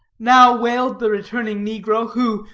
now wailed the returning negro, who,